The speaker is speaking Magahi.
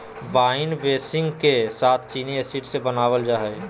वाइन बेसींग के साथ चीनी एसिड से बनाबल जा हइ